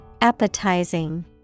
Appetizing